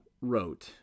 wrote